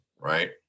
right